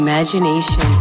Imagination